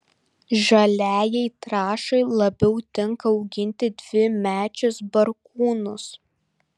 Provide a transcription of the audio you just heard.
žaliajai trąšai labiau tinka auginti dvimečius barkūnus